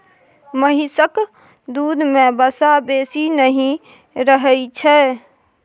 महिषक दूध में वसा बेसी नहि रहइ छै